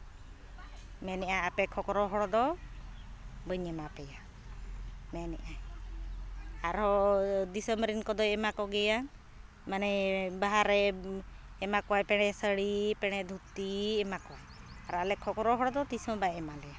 ᱢᱮᱱ ᱮᱫᱟᱭ ᱟᱯᱮ ᱠᱷᱚᱠᱨᱚ ᱦᱚᱲ ᱫᱚ ᱵᱟᱹᱧ ᱮᱢᱟ ᱯᱮᱭᱟ ᱢᱮᱱ ᱮᱫᱟᱭ ᱟᱨᱦᱚᱸ ᱫᱤᱥᱚᱢ ᱨᱮᱱ ᱠᱚᱫᱚᱭ ᱮᱢᱟ ᱠᱚᱜᱮᱭᱟ ᱢᱟᱱᱮ ᱵᱟᱦᱟᱨᱮ ᱮᱢᱟ ᱠᱚᱣᱟᱭ ᱯᱮᱲᱮ ᱥᱟᱹᱲᱤ ᱯᱮᱲᱮ ᱫᱷᱩᱛᱤ ᱮᱢᱟ ᱠᱚᱣᱟᱭ ᱟᱨ ᱟᱞᱮ ᱠᱷᱚᱠᱨᱚ ᱦᱚᱲᱫᱚ ᱛᱤᱥᱦᱚᱸ ᱵᱟᱭ ᱮᱢᱟ ᱞᱮᱭᱟ